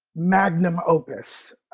magnum opus.